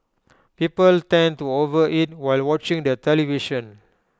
people tend to overeat while watching the television